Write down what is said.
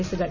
കേസുകൾ